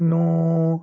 نو